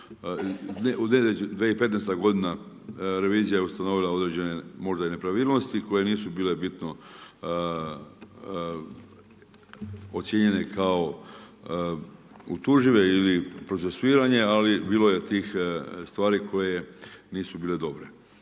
2015. godina revizija je ustanovila određene možda i nepravilnosti koje nisu bile bitno ocijenjene kao utužive ili procesuirane, ali bilo je tih stvari koje nisu bile dobre.